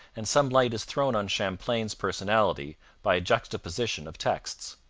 and some light is thrown on champlain's personality by a juxtaposition of texts.